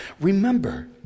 Remember